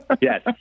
Yes